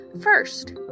First